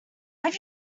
have